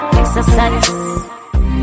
exercise